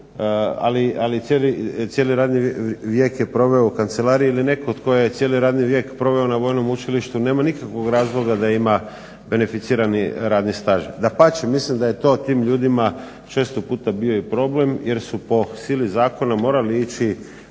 ali cijeli radni vijek je proveo u kancelariji ili netko tko je cijeli radni vijek proveo na vojnom učilištu nema nikakvog razloga da ima beneficirani radni staž. Dapače, mislim da je to tim ljudima često puta bio i problem, jer su po sili zakona morali ići